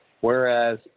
Whereas